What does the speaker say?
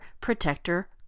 Protector